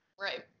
Right